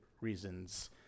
reasons